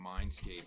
mindscape